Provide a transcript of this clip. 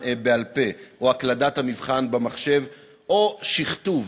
או מבחן בעל-פה, או הקלדת המבחן בעל-פה או שכתוב.